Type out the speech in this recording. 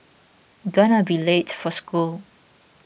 gonna be late for school